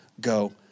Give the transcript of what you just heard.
go